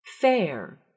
Fair